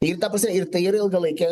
ir ta prasme ir tai ir ilgalaikė